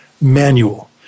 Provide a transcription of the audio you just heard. manual